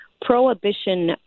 prohibition